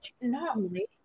normally